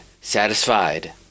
satisfied